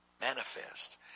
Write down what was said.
manifest